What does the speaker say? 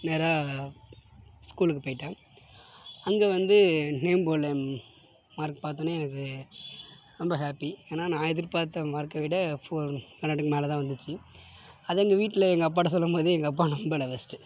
நேராக ஸ்கூலுக்குப் போயிட்டேன் அங்கே வந்து நேம் போர்டில் மார்க் பார்த்தோனே எனக்கு ரொம்ப ஹாப்பி ஏன்னா நான் எதிர்பார்த்த மார்க்கை விட ஃபோர் ஹண்ட்ரடுக்கு மேல்தான் வந்துச்சு அது எங்கள் வீட்டில் எங்கள் அப்பாகிட்ட சொல்லும்போது எங்கள் அப்பா நம்பலை ஃபஸ்ட்டு